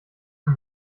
für